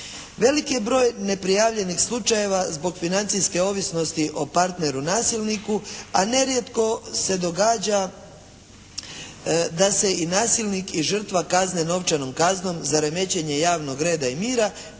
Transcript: Velik je broj neprijavljenih slučajeva zbog financijske ovisnosti o partneru nasilniku, a nerijetko se događa da se i nasilnik i žrtva kazne novčanom kaznom za remećenje javnog reda i mira